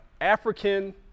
African